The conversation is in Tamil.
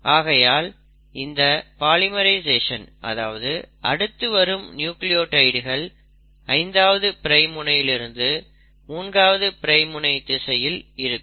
ஆகையால் இந்த பாலிமரைசேஷன் அதாவது அடுத்தடுத்து வரும் நியூக்ளியோடைடுகள் 5ஆவது பிரைம் முனையிலிருந்து 3ஆவது பிரைம் முனை திசையில் இருக்கும்